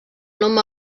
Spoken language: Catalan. nom